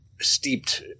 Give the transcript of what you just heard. steeped